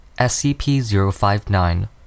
SCP-059